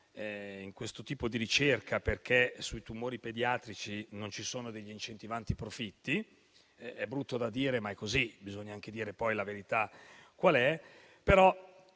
in questo tipo di ricerca perché sui tumori pediatrici non ci sono degli incentivanti profitti. È brutto da dire, ma è così e bisogna anche far conoscere qual è